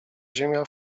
ziemia